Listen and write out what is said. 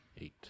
eight